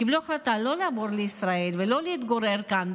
קיבלו החלטה לא לעבור לישראל ולא להתגורר כאן,